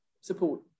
support